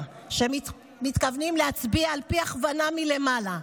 שמתכוונים להצביע על פי הכוונה מלמעלה,